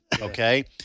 Okay